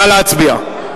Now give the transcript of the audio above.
נא להצביע.